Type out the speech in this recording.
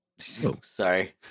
sorry